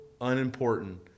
unimportant